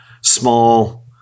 small